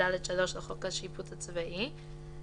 510(ד)(3) לחוק השיפוט הצבאי התשט"ו- 1955 (להלן חוק השיפוט הצבאי),